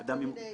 אדם עם מוגבלות.